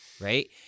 right